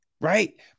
Right